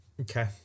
okay